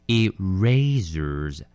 erasers